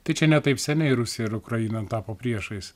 tai čia ne taip seniai rusija ir ukraina tapo priešais